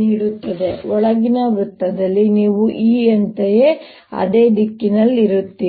ನೀಡುತ್ತದೆ ಒಳಗಿನ ವೃತ್ತದಲ್ಲಿ ನೀವು E ಯಂತೆಯೇ ಅದೇ ದಿಕ್ಕಿನಲ್ಲಿರುತ್ತೀರಿ